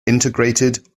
integrated